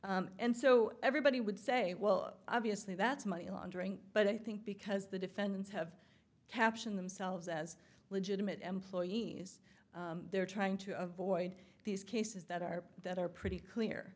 n and so everybody would say well obviously that's money laundering but i think because the defendants have caption themselves as legitimate employees they're trying to avoid these cases that are that are pretty clear